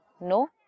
No